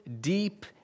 deep